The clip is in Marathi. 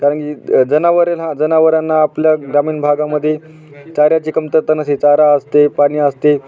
कारण की जनावरील हा जनावरांना आपल्या ग्रामीण भागामध्ये चाऱ्याची कमतरता नसते चारा असते पाणी असते